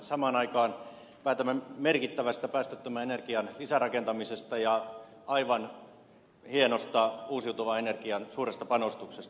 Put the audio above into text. samaan aikaan päätämme merkittävästä päästöttömän energian lisärakentamisesta ja aivan hienosta uusiutuvan energian suuresta panostuksesta